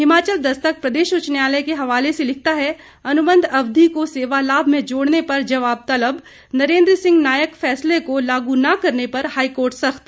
हिमाचल दस्तक प्रदेश उच्च न्यायलय के हवाले से लिखता है अनुबंध अवधि को सेवा लाभ में जोड़ने पर जवाब तलब नरेंद्र सिंह नायक फैसले को लागू न करने पर हाईकोर्ट सख्त